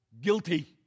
guilty